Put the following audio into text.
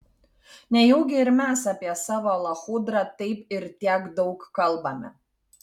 nejaugi ir mes apie savo lachudrą taip ir tiek daug kalbame